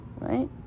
Right